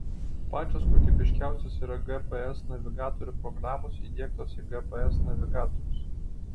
pačios kokybiškiausios yra gps navigatorių programos įdiegtos į gps navigatorius